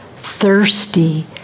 thirsty